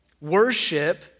Worship